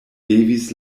devis